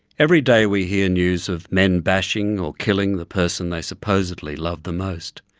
every day we hear news of men bashing or killing the person they supposedly love the most.